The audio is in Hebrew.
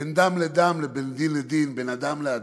בין דם לדם, בין דין לדין, בין אדם לאדם.